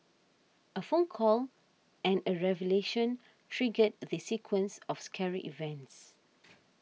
a phone call and a revelation triggered the sequence of scary events